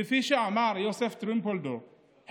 כפי שאמר יוסף טרומפלדור,